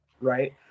right